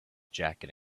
jacket